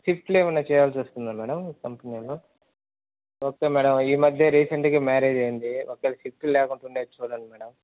షిఫ్ట్లు ఏమైనా చేయాల్సి వస్తుందా మేడం కంపెనీలో ఓకే మేడం ఈ మధ్య రీసెంట్గా మ్యారేజ్ అయ్యింది ఒకవేళ షిఫ్ట్లు లేకుండా ఉండేవి చూడండి మేడం